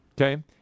okay